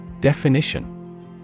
Definition